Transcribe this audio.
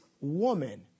woman